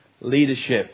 leadership